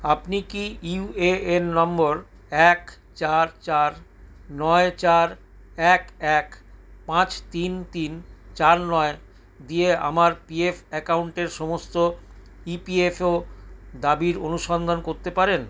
আপনি কি ইউএএন নম্বর এক চার চার নয় চার এক এক পাঁচ তিন তিন চার নয় দিয়ে আমার পিএফ অ্যাকাউন্টের সমস্ত ইপিএফও দাবির অনুসন্ধান করতে পারেন